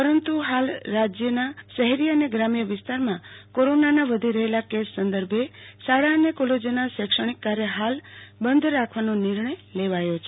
પરંતુ હાલ રાજ્યના શહેર અને ગ્રામ્ય વિસ્તારમાં કોરોનાના વધી રહેલા કેસ સંદર્ભે શાળા અને કોલેજોના શૈક્ષણિક કાર્ય હાલ બંધ રાખવાનો નિર્ણય લેવાયો છે